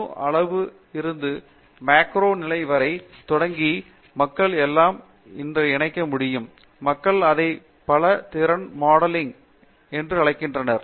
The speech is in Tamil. அணு அளவு இருந்து மேக்ரோ நிலை வரை தொடங்கி மக்கள் எல்லாம் என்ன இணைக்க முடியும் மக்கள் அதை பல திறன் மாடலிங் என்று அழைகிறார்கள்